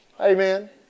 Amen